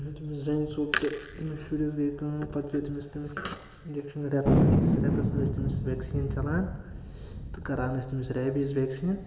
أمۍ ہیوٚت تٔمِس زنٛگہِ ژوٚپ تہٕ أمِس شُرِس گٔے کٲم پَتہٕ پیوٚو تٔمِس تٔمِس اِنجَکشَن رٮ۪تَس أکِس رٮ۪تَس ٲسۍ تٔمِس وٮ۪کسیٖن چَلان تہٕ کَران ٲسۍ تٔمِس ریبیٖز وٮ۪کسیٖن